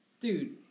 dude